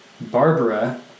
Barbara